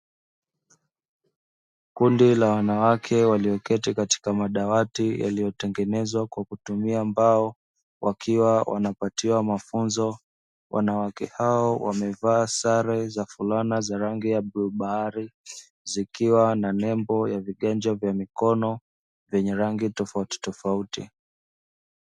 Kundi la wanawake walioketi katika madawati yaliyotengenezwa kwa kutumia mbao, wakiwa wanapatiwa mafunzo. Wanawake hao wamevaa sare za fulana za rangi ya bluu bahari, zikiwa na nembo ya viganja vya mikono vyenye rangi ya tofautitofauti.